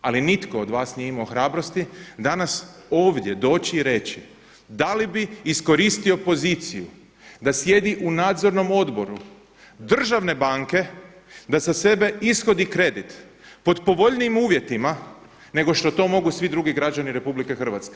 ali nitko od vas nije imao hrabrosti danas ovdje doći i reći da li bi iskoristio poziciju da sjedi u Nadzornom odboru državne banke, da za sebe ishodi kredit pod povoljnijim uvjetima nego što to mogu svi drugi građani Republike Hrvatske?